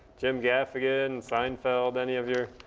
jim gaffigan? seinfeld? any of your